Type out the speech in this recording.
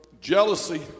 Jealousy